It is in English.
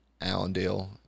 Allendale